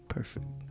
Perfect